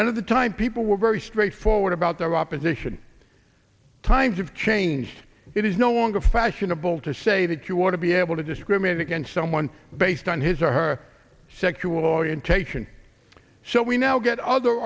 and at the time people were very straightforward about their opposition times have changed it is no longer fashionable to say that you want to be able to discriminate against someone based on his or her sexual orientation so we now get other